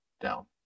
down